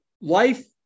life